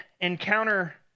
encounter